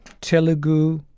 Telugu